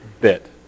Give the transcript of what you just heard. bit